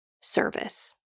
service